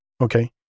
Okay